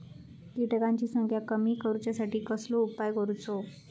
किटकांची संख्या कमी करुच्यासाठी कसलो उपाय करूचो?